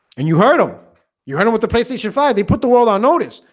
and you heard him you're hunting with the playstation five. they put the world on notice.